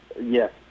yes